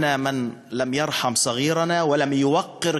(אומר בערבית ומתרגם:)